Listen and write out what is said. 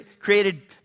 created